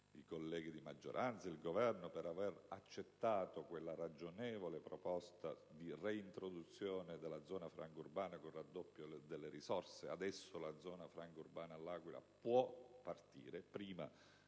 i colleghi di maggioranza e il Governo per aver accettato quella ragionevole proposta di reintroduzione della zona franca urbana, con raddoppio delle risorse. Adesso la zona franca urbana può partire,